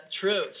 true